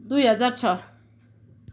दुई हजार छ